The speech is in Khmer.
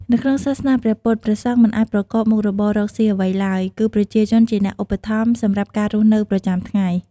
នៅក្នុងសាសនាព្រះពុទ្ធ ព្រះសង្ឃមិនអាចប្រកបមុខរបរកសុីអ្វីឡើយ គឺប្រជាជនជាអ្នកឧបត្ថម្ភសម្រាប់ការរស់នៅប្រចាំថ្ងៃ។